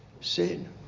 sin